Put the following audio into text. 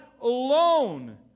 alone